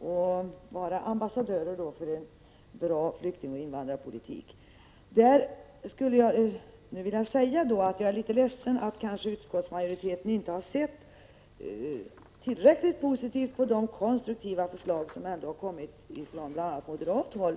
och vara ambassadörer för en bra — Prot. 1986/87:119 flyktingoch invandrarpolitik. Jag är litet ledsen över att utskottsmajoriteten 8 maj 1987 kanske inte har sett tillräckligt positivt på de konstruktiva förslag som har kommit från bl.a. moderat håll.